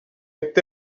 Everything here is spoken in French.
est